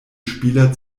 spieler